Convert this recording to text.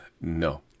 no